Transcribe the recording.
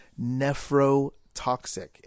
Nephrotoxic